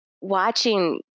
watching